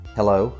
Hello